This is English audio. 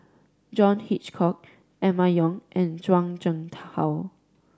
John Hitchcock Emma Yong and Zhuang Shengtao